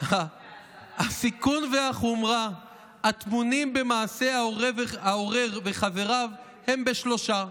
"הסיכון והחומרה הטמונים במעשה העורר וחבריו הם בשלושה",